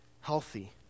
healthy